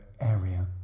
area